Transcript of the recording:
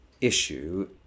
Issue